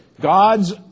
God's